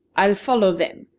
i'll follow them,